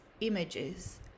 images